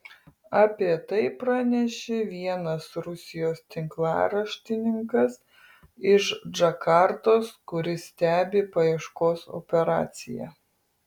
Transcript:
apie tai pranešė vienas rusijos tinklaraštininkas iš džakartos kuris stebi paieškos operaciją